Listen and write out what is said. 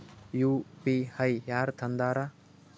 UPI ಯಾರ್ ತಂದಾರ?